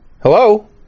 Hello